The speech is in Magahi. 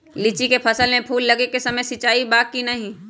लीची के फसल में फूल लगे के समय सिंचाई बा कि नही?